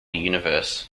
universe